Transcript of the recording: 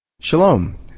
Shalom